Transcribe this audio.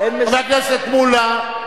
חבר הכנסת מולה,